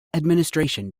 administration